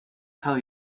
tell